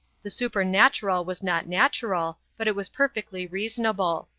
the supernatural was not natural, but it was perfectly reasonable.